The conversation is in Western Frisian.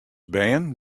bern